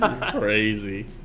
Crazy